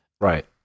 Right